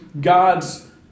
God's